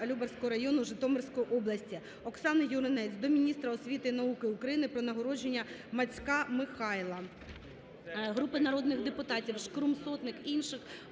Любарського району, Житомирської області. Оксани Юринець до міністра освіти і науки України про нагородження Мацька Михайла. Групи народних депутатів (Шкрум, Сотник, інших)